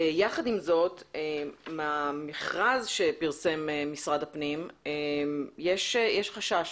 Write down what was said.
יחד עם זאת, במכרז שפרסם משרד הפנים, יש חשש